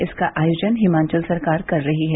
इसका आयोजन हिमाचल सरकार कर रही है